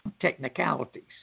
technicalities